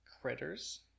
critters